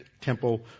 Temple